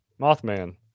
Mothman